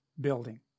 Building